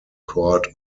court